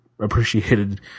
appreciated